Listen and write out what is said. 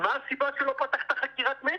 מה הסיבה שלא פתחת בחקירת מצ"ח?